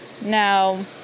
Now